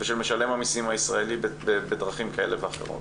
ושל משלם המסים הישראלי בדרכים כאלה ואחרות.